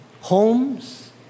homes